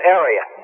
area